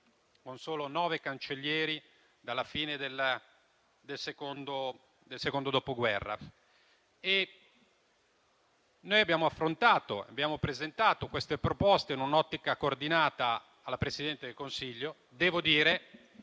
con solo nove cancellieri dalla fine del secondo Dopoguerra. Noi abbiamo presentato queste proposte in un'ottica coordinata alla Presidente del Consiglio e dopo